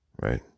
right